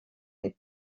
and